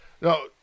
No